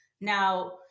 Now